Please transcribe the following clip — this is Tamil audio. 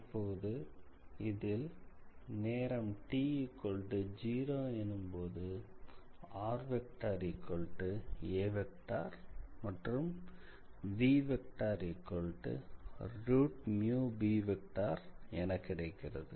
இப்போது இதில் நேரம் t0 எனும்போதுra மற்றும் Vbஎன்று கிடைக்கிறது